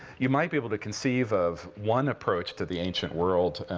you might be able to conceive of one approach to the ancient world,